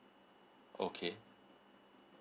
okay